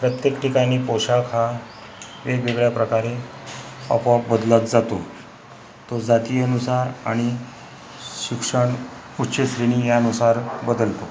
प्रत्येक ठिकाणी पोशाख हा वेगवेगळ्या प्रकारे आपोआप बदलत जातो तो जातीयनुसार आणि शिक्षण उच्चश्रेणी यानुसार बदलतो